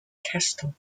castle